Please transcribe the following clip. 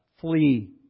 flee